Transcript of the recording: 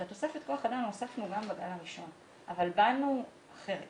את תוספת כוח האדם הוספנו גם בגל הראשון אבל באנו שונים,